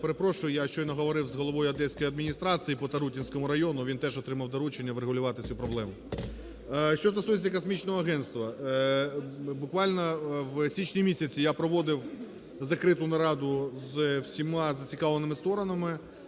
я щойно говорив з головою Одеської адміністрації поТарутинському району, він теж отримав доручення врегулювати цю проблему. Що стосується Космічного агентства. Буквально в січні місяці я проводив закриту нараду з всіма зацікавленими сторонами,